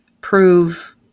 prove